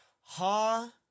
Ha